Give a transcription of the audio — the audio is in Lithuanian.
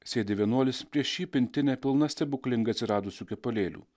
sėdi vienuolis prieš jį pintinė pilna stebuklingai atsiradusių kepalėlių